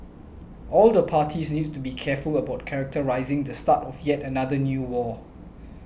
all the parties need to be careful about characterising the start of yet another new war